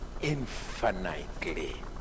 infinitely